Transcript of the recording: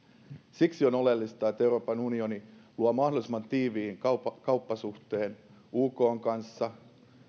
siksi on oleellista että euroopan unioni luo mahdollisimman tiiviin kauppasuhteen ukn kanssa